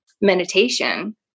meditation